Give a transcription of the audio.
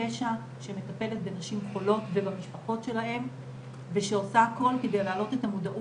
זה באמת האגודה למלחמה